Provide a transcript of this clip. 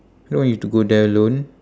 I don't want you to go there alone